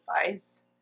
advice